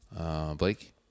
Blake